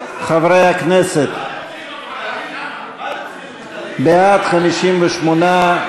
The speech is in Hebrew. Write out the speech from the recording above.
חברי הכנסת, בעד, 58,